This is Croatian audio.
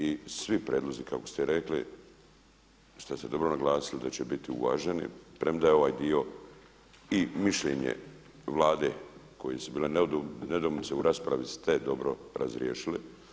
I svi prijedlozi kako ste rekli, što ste dobro naglasili da će biti uvaženi, premda je ovaj dio i mišljenje Vlade koje su bile nedoumice u raspravi ste dobro razriješili.